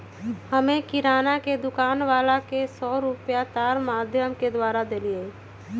हम्मे किराना के दुकान वाला के सौ रुपईया तार माधियम के द्वारा देलीयी